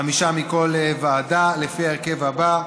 חמישה מכל ועדה, לפי ההרכב הזה: